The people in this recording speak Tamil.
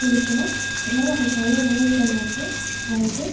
குடிக்கிறோம் அதனால நம்மளுக்கு நிறைய நோய்கள் வந்து வருது